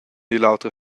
l’autra